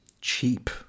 cheap